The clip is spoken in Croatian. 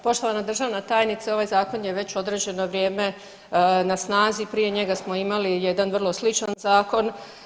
Poštovana državna tajnice, ovaj zakon je već određeno vrijeme na snazi, prije njega smo imali jedan vrlo sličan zakon.